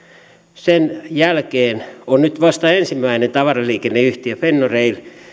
sen jälkeen on nyt vasta ensimmäinen tavaraliikenneyhtiö fenniarail